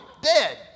dead